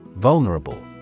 Vulnerable